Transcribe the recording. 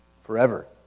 forever